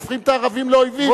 הופכים את הערבים לאויבים,